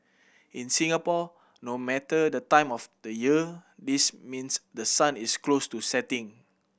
in Singapore no matter the time of the year this means the sun is close to setting